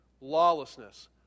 lawlessness